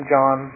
John